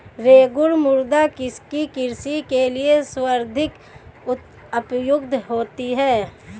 रेगुड़ मृदा किसकी कृषि के लिए सर्वाधिक उपयुक्त होती है?